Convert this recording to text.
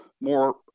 more